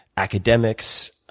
academics,